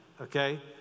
okay